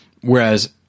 Whereas –